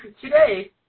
Today